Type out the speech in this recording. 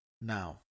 now